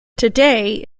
today